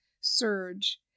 surge